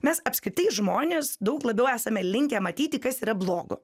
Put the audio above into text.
mes apskritai žmonės daug labiau esame linkę matyti kas yra blogo